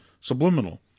Subliminal